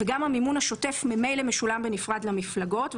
גם המימון השוטף ממילא משולם בנפרד למפלגות,